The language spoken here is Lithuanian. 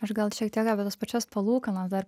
aš gal šiek tiek apie tas pačias palūkanas dar